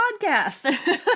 podcast